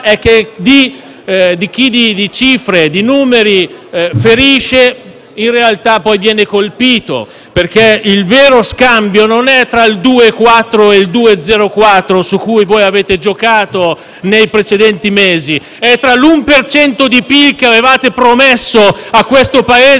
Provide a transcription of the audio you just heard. è che chi di cifre e numeri ferisce, in realtà poi viene colpito perché il vero scambio non è tra il 2,4 e il 2,04, su cui voi avete giocato nei precedenti mesi, ma è tra l'1 per cento di PIL che avevate promesso a questo Paese